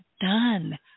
done